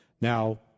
Now